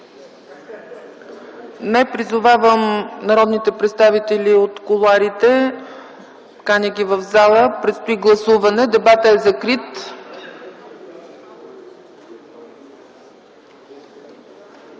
Призовавам народните представители от кулоарите, каня ги в залата, предстои гласуване. Дебатът е закрит.